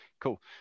Cool